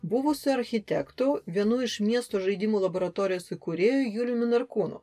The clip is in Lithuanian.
buvusiu architektu vienu iš miesto žaidimų laboratorijos įkūrėju juliumi narkūnu